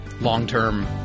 long-term